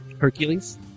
Hercules